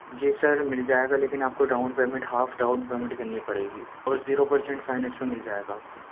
جی sir مِل جائے گا لیکن آپ کو down payment half down payment کرنی پڑے گی اور زیرو پرسینٹ فائنینس میں مِل جائے گا آپ کو